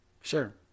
Sure